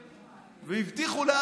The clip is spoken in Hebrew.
והבטיחו לארבעה,